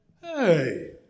Hey